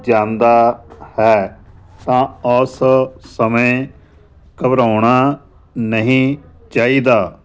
ਜਾਂਦਾ ਹੈ ਤਾਂ ਉਸ ਸਮੇਂ ਘਬਰਾਉਣਾ ਨਹੀਂ ਚਾਹੀਦਾ